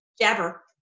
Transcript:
jabber